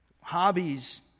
hobbies